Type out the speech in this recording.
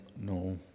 no